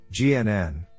GNN